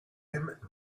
him